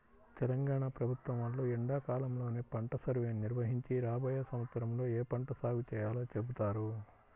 తెలంగాణ ప్రభుత్వం వాళ్ళు ఎండాకాలంలోనే పంట సర్వేని నిర్వహించి రాబోయే సంవత్సరంలో ఏ పంట సాగు చేయాలో చెబుతారు